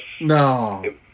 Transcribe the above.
No